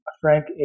Frank